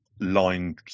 line